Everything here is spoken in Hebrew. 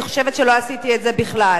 אני חושבת שלא עשיתי את זה בכלל.